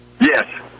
Yes